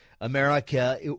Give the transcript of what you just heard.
America